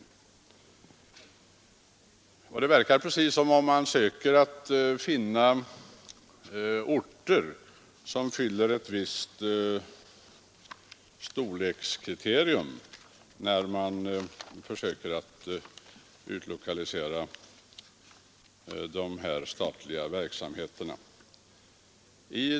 Det verkar precis som om man söker finna orter som svarar mot ett visst storlekskriterium när man försöker utlokalisera de här statliga verksamheterna.